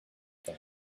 thing